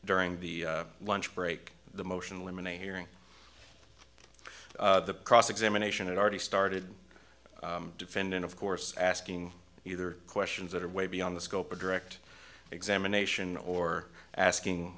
during the lunch break the motion limon a hearing the cross examination it already started defendant of course asking either questions that are way beyond the scope of direct examination or asking